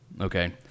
Okay